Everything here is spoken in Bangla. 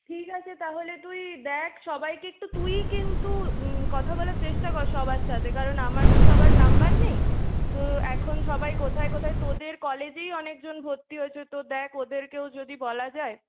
ঠিক আছে তাহলে তুই দেখ সবাইকে একটু তুইই কিন্তু কথা বলার চেষ্টা কর সবার সাথে কারণ আমার তো সবার নম্বর নেই তো এখন সবাই কোথায় কোথায় তোদের কলেজেই অনেকজন ভর্তি হয়েছে তো দেখ ওদেরকেও যদি বলা যায়